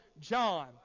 John